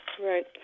Right